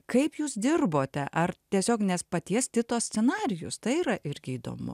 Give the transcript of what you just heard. kaip jūs dirbote ar tiesiog nes paties tito scenarijus tai yra irgi įdomu